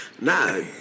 Nah